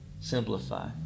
Simplify